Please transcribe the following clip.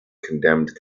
condemned